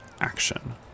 action